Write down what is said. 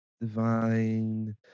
divine